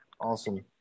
Awesome